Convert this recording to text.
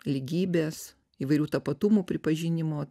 lygybės įvairių tapatumų pripažinimo